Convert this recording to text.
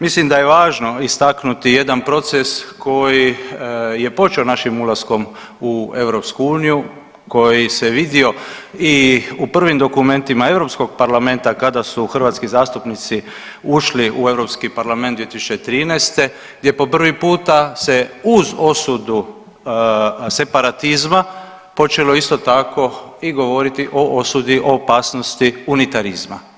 Mislim da je važno istaknuti jedan proces koji je počeo našim ulaskom u EU, koji se vidio i u prvim dokumentima Europskog parlamenta kada su hrvatski zastupnici ušli u Europski parlament 2013. gdje po prvi puta se uz osudu separatizma počelo isto tako i govoriti o osudi o opasnosti unitarizma.